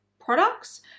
products